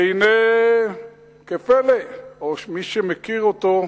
והנה כפלא, או מי שמכיר אותו,